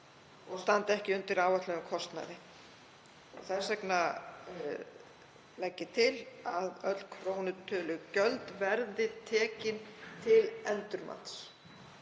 og standi ekki undir áætluðum kostnaði. Þess vegna legg ég til að öll krónutölugjöld verði tekin til endurmats.